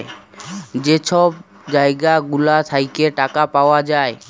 যে ছব জায়গা গুলা থ্যাইকে টাকা পাউয়া যায়